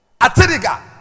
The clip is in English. Atiriga